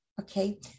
okay